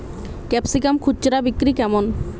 Capsicum খুচরা বিক্রি কেমন?